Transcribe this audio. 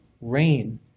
rain